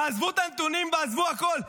עזבו את הנתונים ועזבו הכול,